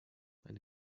eine